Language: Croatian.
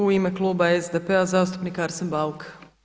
U ime kluba SDP-a zastupnik Arsen Bauk.